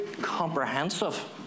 comprehensive